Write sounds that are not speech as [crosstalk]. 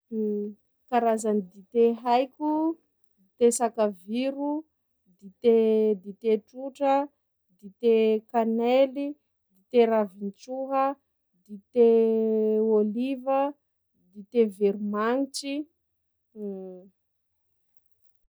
[hesitation] Karazagny dite haiko: the sakaviro, dite dite trotra, dite kanely, dite ravin-tsoha, dite ôliva, dite veromagnitsy. [hesitation]